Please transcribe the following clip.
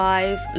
Five